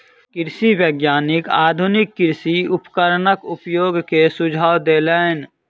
कृषि वैज्ञानिक आधुनिक कृषि उपकरणक उपयोग के सुझाव देलैन